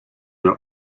the